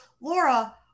Laura